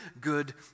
good